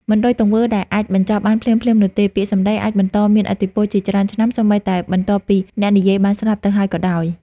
មិនដូចទង្វើដែលអាចបញ្ចប់បានភ្លាមៗនោះទេ ពាក្យសម្ដីអាច បន្តមានឥទ្ធិពល ជាច្រើនឆ្នាំ សូម្បីតែបន្ទាប់ពីអ្នកនិយាយបានស្លាប់ទៅហើយក៏ដោយ។